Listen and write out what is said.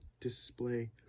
display